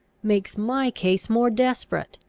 makes my case more desperate!